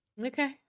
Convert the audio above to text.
Okay